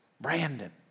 Brandon